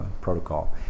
protocol